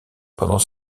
pendant